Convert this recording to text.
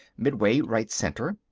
midway, right centre.